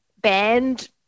banned